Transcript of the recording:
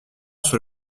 sur